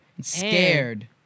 Scared